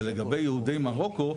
אבל לגבי יהודי מרוקו,